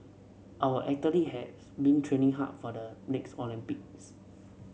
our athlete has been training hard for the next Olympics